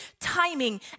timing